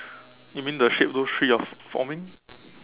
you mean the shape of those three are forming